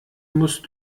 musst